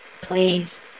please